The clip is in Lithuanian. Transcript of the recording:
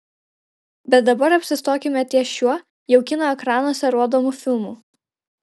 bet dabar apsistokime ties šiuo jau kino ekranuose rodomu filmu